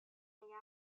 نگه